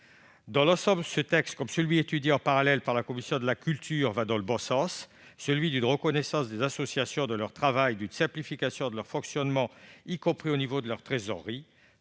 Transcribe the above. Dans l'ensemble, ce texte, comme celui étudié en parallèle par la commission de la culture, va dans le bon sens, celui d'une reconnaissance des associations, de leur travail et d'une simplification de leur fonctionnement, y compris au niveau de leur trésorerie.